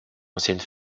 ancienne